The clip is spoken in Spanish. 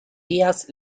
días